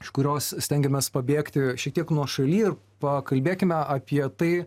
iš kurios stengiamės pabėgti šitiek nuošaly ir pakalbėkime apie tai